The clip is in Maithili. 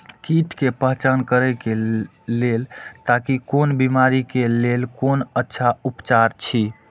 कीट के पहचान करे के लेल ताकि कोन बिमारी के लेल कोन अच्छा उपचार अछि?